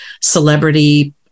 celebrity